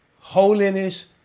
holiness